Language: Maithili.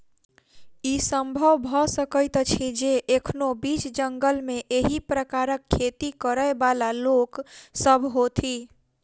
ई संभव भ सकैत अछि जे एखनो बीच जंगल मे एहि प्रकारक खेती करयबाला लोक सभ होथि